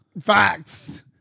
Facts